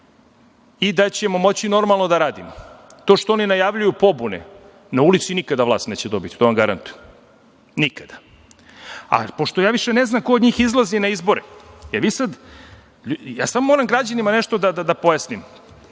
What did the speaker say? i da ćemo moći normalno da radimo. To što oni najavljuju pobune, na ulici nikada vlast neće da dobiti. To vam garantujem, nikada. Pošto više ne znam ko od njih izlazi na izbore, jer vi sada… Samo moram građanima nešto da pojasnim.